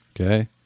Okay